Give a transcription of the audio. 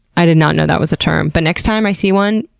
i did not know that was a term, but next time i see one,